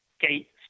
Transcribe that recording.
gate